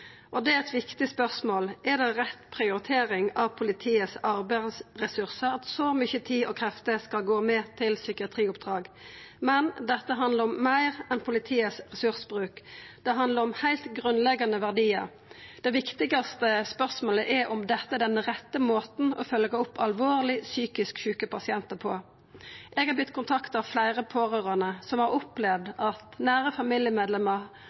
Eit viktig spørsmål er: Er det rett prioritering av politiet sine arbeidsressursar at så mykje tid og krefter skal gå med til psykiatrioppdrag? Men dette handlar om meir enn politiets ressursbruk; det handlar om heilt grunnleggande verdiar. Det viktigaste spørsmålet er om dette er den rette måten å følgja opp alvorleg psykisk sjuke pasientar på. Eg har vorte kontakta av fleire pårørande som har opplevd at nære